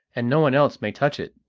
and no one else may touch it,